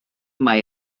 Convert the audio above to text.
mai